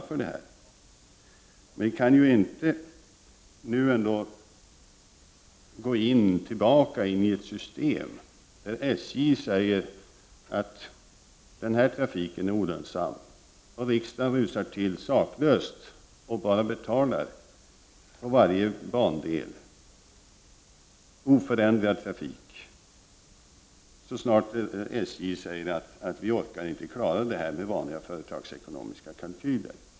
Vi kan inte gå tillbaka till ett system där SJ säger att en viss trafik är olönsam varefter riksdagen saklöst rusar till och betalar för varje bandel. Det skall vara oförändrad trafik, samtidigt som SJ säger att man inte klarar av detta med vanliga företagsekonomiska kalkyler.